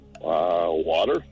Water